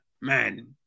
Man